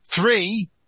three